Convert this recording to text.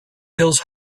hills